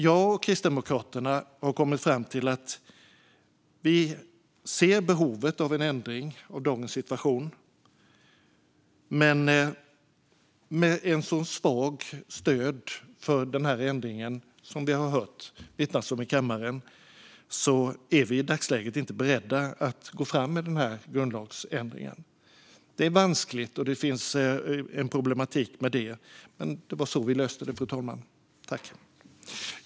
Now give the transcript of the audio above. Jag och Kristdemokraterna har därför kommit fram till att vi ser behovet av en ändring av dagens situation men att vi i dagsläget, med ett så svagt stöd för denna ändring som vi har hört det vittnas om i kammaren, inte är beredda att gå fram med denna grundlagsändring. Det är vanskligt, och det finns en problematik med det. Men det var så vi löste det, fru talman.